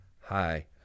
Hi